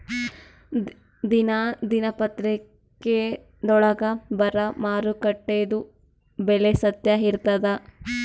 ದಿನಾ ದಿನಪತ್ರಿಕಾದೊಳಾಗ ಬರಾ ಮಾರುಕಟ್ಟೆದು ಬೆಲೆ ಸತ್ಯ ಇರ್ತಾದಾ?